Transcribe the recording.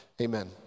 Amen